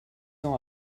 ans